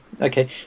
Okay